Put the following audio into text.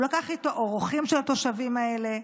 הוא לקח איתו אורחים של התושבים האלה,